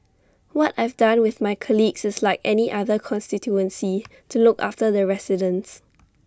what I've done with my colleagues is like any other constituency to look after the residents